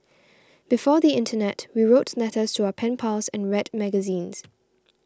before the internet we wrote letters to our pen pals and read magazines